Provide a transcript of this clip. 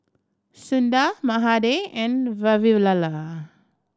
Sundar Mahade and Vavilala